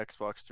Xbox